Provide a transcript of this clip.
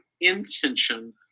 intention